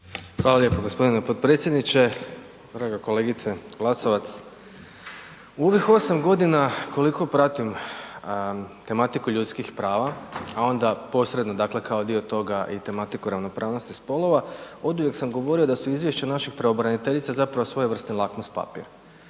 Hvala lijepo gospodine potpredsjedniče. Draga kolegice Glasovac, u ovih 8 godina koliko pratim tematiku ljudskim prava, a onda posredno dakle kao dio toga i tematiku ravnopravnosti spolova oduvijek sam govorio da su izvješća naših pravobraniteljica zapravo svojevrstan lakmus papir.